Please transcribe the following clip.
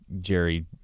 Jerry